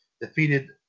defeated